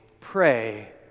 pray